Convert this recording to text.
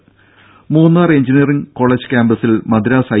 രെടി Munnar engineering college കാമ്പസിൽ Madras I